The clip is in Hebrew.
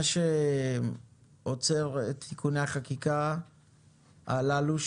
מה שעוצר את תיקוני החקיקה הללו,